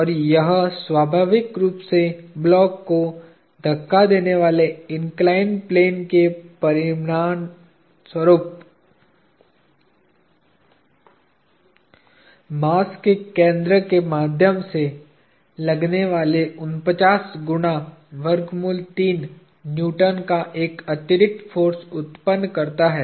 और यह स्वाभाविक रूप से ब्लॉक को धक्का देने वाले इन्कलाईन्ड प्लेन के परिणामस्वरूप मास के केंद्र के माध्यम से लगने वाले 49 गुना वर्गमूल तीन न्यूटन का एक अतिरिक्त फोर्स उत्पन्न करता है